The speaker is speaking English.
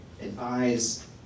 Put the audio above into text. advise